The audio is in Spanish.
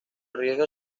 arriesga